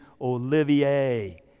Olivier